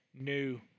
new